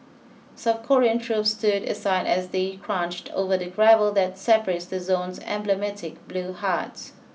South Korean troops stood aside as they crunched over the gravel that separates the zone's emblematic blue huts